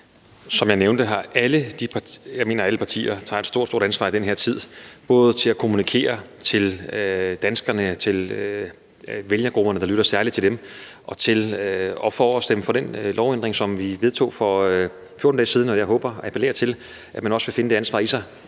Jeg mener, at alle partier tager et stort, stort ansvar i den her tid, både ved at kommunikere til danskerne, til vælgergrupperne, der lytter særlig til dem, og ved at stemme for den lovændring, som vi vedtog for 14 dage siden, og jeg håber og appellerer til, at man også vil finde det ansvar i sig